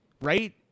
right